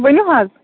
ؤنِو حظ